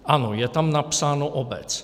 Ano, je tam napsáno obec.